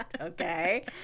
Okay